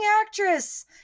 actress